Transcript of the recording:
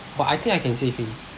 but I think I can save him